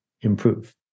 improve